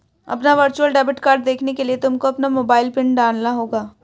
अपना virtual debit card देखने के लिए तुमको अपना मोबाइल पिन डालना होगा